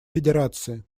федерации